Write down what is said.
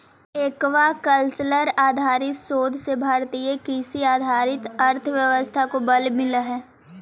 aquacultural आधारित शोध से भारतीय कृषि आधारित अर्थव्यवस्था को बल मिलअ हई